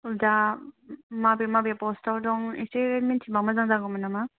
दा माबे माबे फस्तआव दं एसे मोनथिबा मोजां जागौमोन नामा